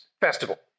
festival